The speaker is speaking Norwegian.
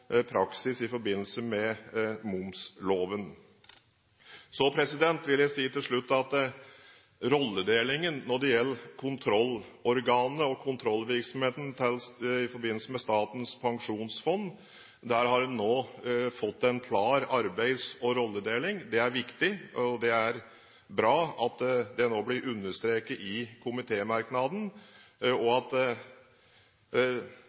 praksis i forbindelse med momsloven. Så vil jeg til slutt si at en nå har fått en klar arbeids- og rollefordeling når det gjelder kontrollorganene og kontrollvirksomheten i forbindelse med Statens pensjonsfond. Det er viktig. Det er bra at det nå blir understreket i komitémerknaden, og